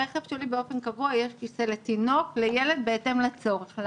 ברכב שלי באופן קבוע יש כיסא לתינוק ולילד בהתאם לצורך.